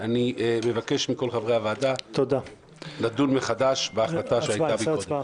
אני מבקש מכול חברי הוועדה לדון מחדש בהחלטה שהייתה מקודם.